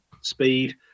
speed